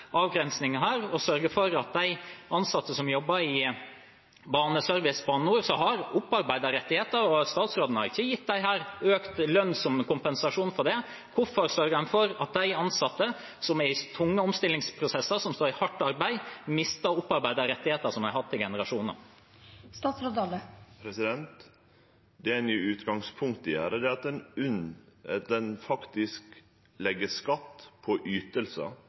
for at ansatte som jobber i Baneservice og Bane NOR, som har opparbeidet rettigheter – og statsråden har ikke gitt disse økt lønn som kompensasjon for det – som er i tunge omstillingsprosesser, og som står i hardt arbeid, mister de rettighetene de har hatt i generasjoner? Det ein i utgangspunktet gjer, er at ein legg skatt på ytingar som er skattepliktige. Det er eit fundament i heile skattesystemet, det er grunnlaget for at